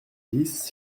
dix